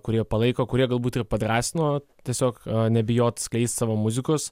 kurie palaiko kurie galbūt ir padrąsino tiesiog nebijot skleist savo muzikos